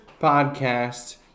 podcast